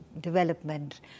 development